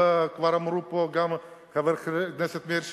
כבר אמרו פה גם חבר הכנסת מאיר שטרית,